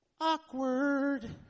Awkward